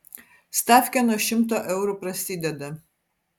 stafkė nuo šimto eurų prasideda